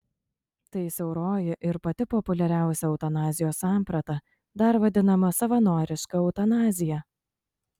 tai siauroji ir pati populiariausia eutanazijos samprata dar vadinama savanoriška eutanazija